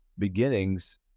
beginnings